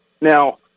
now